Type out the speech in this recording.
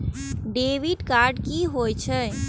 Debit card की होय छे?